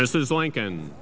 mrs lincoln